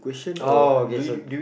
oh okay so